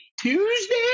Tuesday